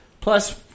Plus